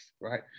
right